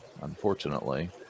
unfortunately